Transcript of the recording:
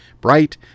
bright